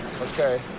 Okay